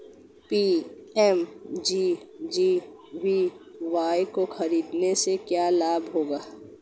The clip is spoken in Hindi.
पी.एम.जे.जे.बी.वाय को खरीदने से क्या लाभ होगा?